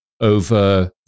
over